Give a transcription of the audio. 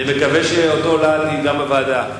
אני מקווה שאותו הלהט יהיה גם בוועדה.